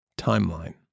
timeline